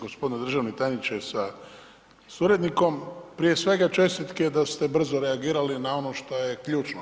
Gospodine državni tajniče sa suradnikom, prije svega čestitke da ste brzo reagirali na ono što je ključno.